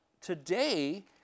today